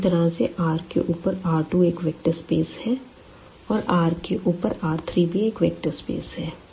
इसी तरह से R के ऊपर R2एक वेक्टर स्पेस है औरR के ऊपरR3 भी एक वेक्टर स्पेस है